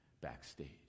backstage